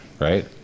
Right